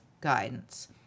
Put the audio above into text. guidance